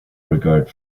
regard